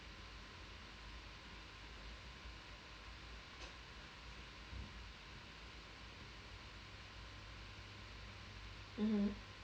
mmhmm